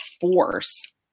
force